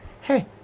hey